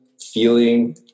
feeling